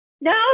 No